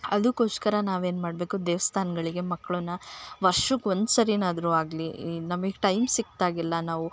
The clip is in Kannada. ಅದಕ್ಕೋಸ್ಕರ ನಾವೇನು ಮಾಡಬೇಕು ದೇವಸ್ಥಾನ್ಗಳಿಗೆ ಮಕ್ಕಳನ್ನ ವರ್ಷಕ್ ಒಂದು ಸರಿನಾದ್ರು ಆಗಲಿ ನಮಗ್ ಟೈಮ್ ಸಿಕ್ದಾಗೆಲ್ಲ ನಾವು